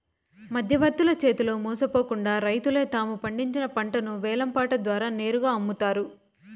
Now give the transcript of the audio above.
మధ్యవర్తుల చేతిలో మోసపోకుండా రైతులే తాము పండించిన పంటను వేలం పాట ద్వారా నేరుగా అమ్ముతారు